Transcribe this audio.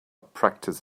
practice